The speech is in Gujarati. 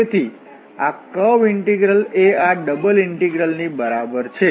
તેથી આ કર્વ ઇન્ટિગ્રલ એ આ ડબલ ઇન્ટિગ્રલની બરાબર છે